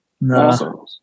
No